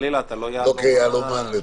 היא באה ואמרה שהיא מטילה על בנק ירושלים,